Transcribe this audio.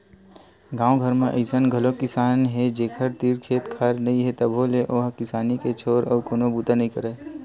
गाँव घर म अइसन घलोक किसान हे जेखर तीर खेत खार नइ हे तभो ले ओ ह किसानी के छोर अउ कोनो बूता नइ करय